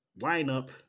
lineup